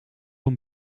een